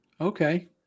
Okay